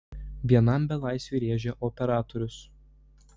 vienam belaisviui rėžia operatorius